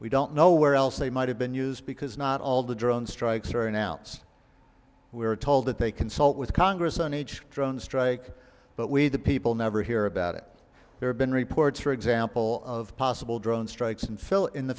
we don't know where else they might have been used because not all the drone strikes are in outs we were told that they consult with congress on each drone strike but we the people never hear about it there have been reports for example of possible drone strikes and fill in the